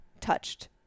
touched